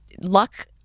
luck